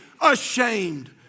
ashamed